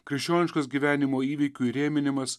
krikščioniškas gyvenimo įvykių įrėminimas